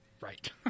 Right